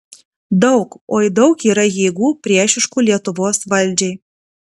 daug oi daug yra jėgų priešiškų lietuvos valdžiai